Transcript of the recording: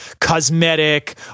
cosmetic